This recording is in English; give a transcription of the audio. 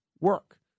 work